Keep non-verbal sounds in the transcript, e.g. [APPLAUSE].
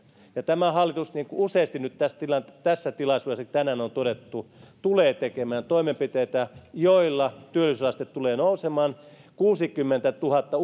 ja tämä hallitus niin kuin useasti tässä tilaisuudessakin tänään on todettu tulee tekemään toimenpiteitä joilla työllisyysaste tulee nousemaan kuusikymmentätuhatta [UNINTELLIGIBLE]